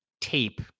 tape